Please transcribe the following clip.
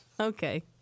Okay